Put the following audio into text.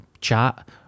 chat